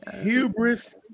Hubris